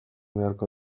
beharko